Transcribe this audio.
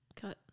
cut